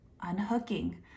unhooking